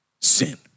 sin